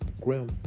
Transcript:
grim